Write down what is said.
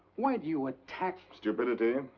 why do you attack stupidity?